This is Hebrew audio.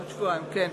עוד שבועיים, כן.